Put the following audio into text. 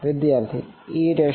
વિદ્યાર્થી e jkr